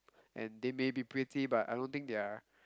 and they maybe pretty but I don't think they are